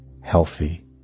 healthy